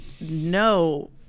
no